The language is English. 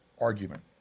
argument